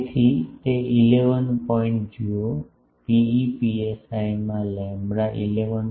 તેથી તે 11 પોઇન્ટ જુઓ pe psi માં લેમ્બડા 11